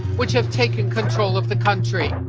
which have taken control of the country